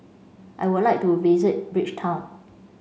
I would like to visit Bridgetown